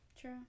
True